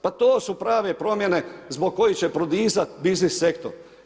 Pa to su prave promjene zbog koje će prodisati biznis sektor.